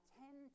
ten